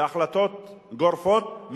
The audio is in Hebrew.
וההחלטות גורפות,